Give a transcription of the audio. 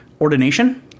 ordination